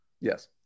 Yes